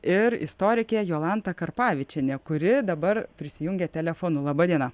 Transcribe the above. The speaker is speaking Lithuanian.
ir istorikė jolanta karpavičienė kuri dabar prisijungia telefonu laba diena